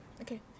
Okay